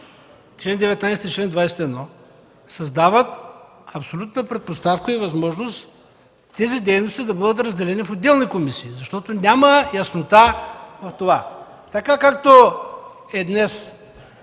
чл. 19 и чл. 21, създава абсолютна предпоставка и възможност тези дейности да бъдат разделени в отделни комисии, защото няма яснота в това. Така, както е днес